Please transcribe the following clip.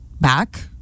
back